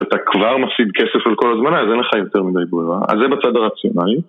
אתה כבר מפסיד כסף על כל הזמנה אז אין לך יותר מדי ברירה, אז זה בצד הרציונלי.